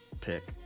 pick